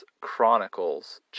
Chronicles